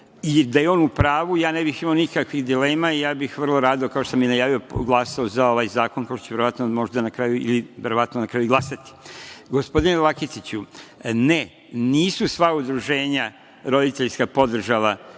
i da je on u pravu. Ja ne bih imao nikakvih dilema, ja bih vrlo rado, kao što sam i najavio, glasao za ovaj zakon, kao što ću verovatno i na kraju glasati. Gospodine Laketiću, ne, nisu sva udruženja roditeljska podržala